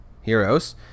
heroes